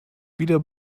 wieder